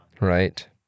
right